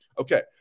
Okay